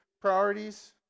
priorities